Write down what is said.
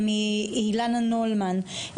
מאילנה נולמן,